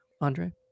Andre